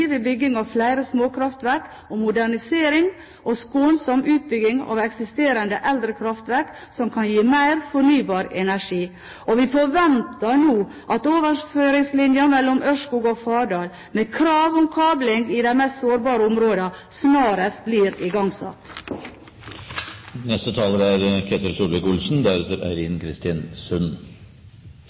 ved bygging av flere småkraftverk og modernisering og skånsom utbygging av eksisterende eldre kraftverk, som kan gi mer fornybar energi. Og vi forventer nå at overføringslinjen mellom Ørskog og Fardal, med krav om kabling i de mest sårbare områdene, snarest blir